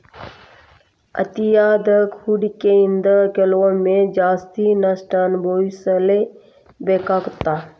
ಅತಿಯಾದ ಹೂಡಕಿಯಿಂದ ಕೆಲವೊಮ್ಮೆ ಜಾಸ್ತಿ ನಷ್ಟ ಅನಭವಿಸಬೇಕಾಗತ್ತಾ